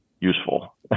useful